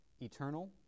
eternal